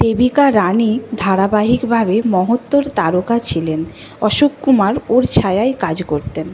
দেবিকা রাণী ধারাবাহিকভাবে মহত্তর তারকা ছিলেন অশোক কুমার ওর ছায়ায় কাজ করতেন